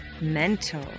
Mental